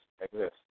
exist